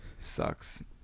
sucks